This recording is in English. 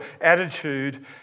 attitude